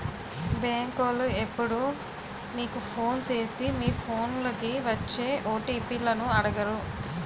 బేంకోలు ఎప్పుడూ మీకు ఫోను సేసి మీ ఫోన్లకి వచ్చే ఓ.టి.పి లను అడగరు